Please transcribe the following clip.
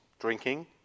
Drinking